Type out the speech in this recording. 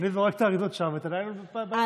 אני זורק את האריזות שם ואת הניילון בירוק.